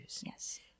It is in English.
Yes